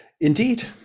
Indeed